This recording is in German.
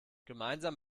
gemeinsam